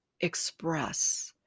express